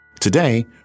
Today